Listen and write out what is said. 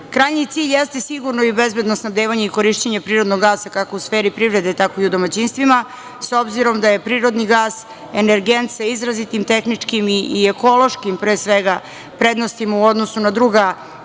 cilj jeste sigurno i bezbedno snabdevanje i korišćenje prirodnog gasa kako u sferi privrede, tako i u domaćinstvima, s obzirom da je prirodni gas energent sa izrazitim tehničkim i ekološkim pre svega prednostima u odnosu na druga